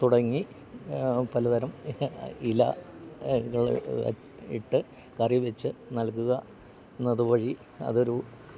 തുടങ്ങി പലതരം ഇല ഇട്ട് കറിവച്ചുനൽകുക എന്നതു വഴി അതൊരു